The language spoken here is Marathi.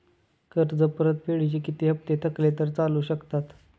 कर्ज परतफेडीचे किती हप्ते थकले तर चालू शकतात?